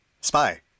spy